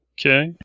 Okay